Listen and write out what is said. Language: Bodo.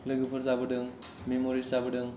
लोगोफोर जाबोदों मेम'रिस जाबोदों